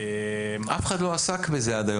עד היום אף אחד לא עסק בזה.